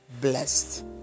blessed